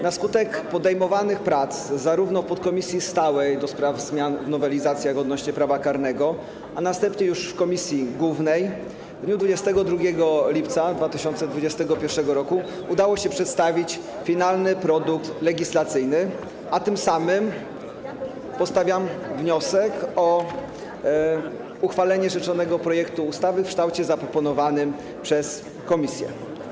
Na skutek podejmowanych prac zarówno w podkomisji stałej do spraw zmian w nowelizacjach odnośnie do prawa karnego, jak i następnie już w komisji głównej w dniu 22 lipca 2021 r. udało się przedstawić finalny produkt legislacyjny, a tym samym przedstawiam wniosek o uchwalenie rzeczonego projektu ustawy w kształcie zaproponowanym przez komisję.